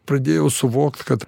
pradėjau suvokt kad